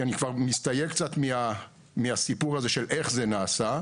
כי אני כבר מסתייג קצת מהסיפור של איך זה נעשה.